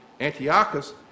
Antiochus